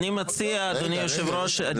אני מציע, אדוני יושב הראש --- רגע, רגע.